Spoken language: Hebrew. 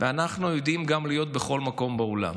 ואנחנו יודעים להיות גם בכל מקום בעולם.